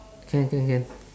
can can can